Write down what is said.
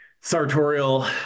sartorial